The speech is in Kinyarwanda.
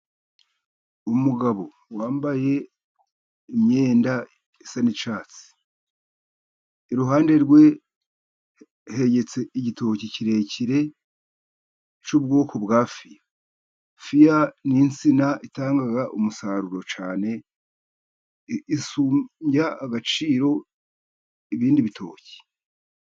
Umugabo wambaye imyenda isa n'icyatsi, iruhande rwe hegetse igitoki kirekire cy'ubwoko bwa fiya. Fiya ni insina itanga umusaruro cyane, isumbya agaciro ibindi bitoki.